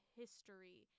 history